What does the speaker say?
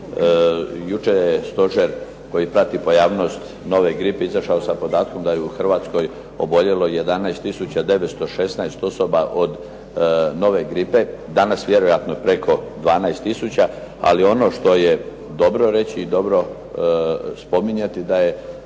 Jučer je stožer koji prati po javnost nove gripe izašao sa podatkom da je u Hrvatskoj oboljelo 11 tisuća 916 osoba od nove gripe, danas vjerojatno preko 12 tisuća, ali ono što je dobro reći i dobro spominjati, da je